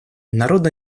народно